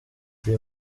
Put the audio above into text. uyu